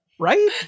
Right